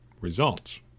results